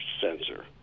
sensor